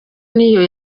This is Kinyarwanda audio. n’iyo